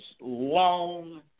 long